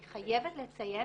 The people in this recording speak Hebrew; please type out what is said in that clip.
אני חייבת לציין,